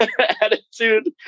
attitude